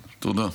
תודה.